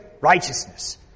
righteousness